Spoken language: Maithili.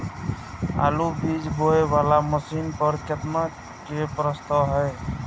आलु बीज बोये वाला मशीन पर केतना के प्रस्ताव हय?